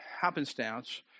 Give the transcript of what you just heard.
happenstance